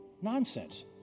nonsense